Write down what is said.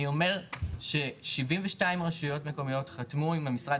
אני אומר ש-72 רשויות מקומיות חתמו עם המשרד